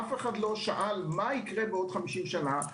אף אחד לא שאל מה יקרה עוד 50 שנה.